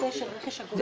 רכש גומלין.